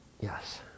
Yes